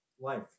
life